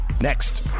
Next